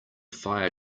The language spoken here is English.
fire